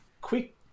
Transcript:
Quick